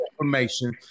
information